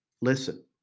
listen